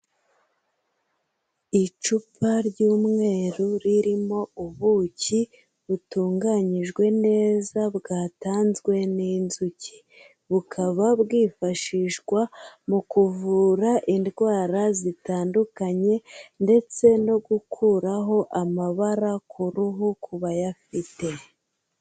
Icupa ry'umweru ririmo ubuki butunganyijwe neza bwatanzwe n'inzuki, bukaba bwifashishwa mu kuvura indwara zitandukanye, ndetse no gukuraho amabara ku ruhu ku bayafite.